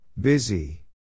Busy